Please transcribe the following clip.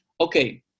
Okay